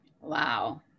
Wow